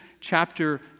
chapter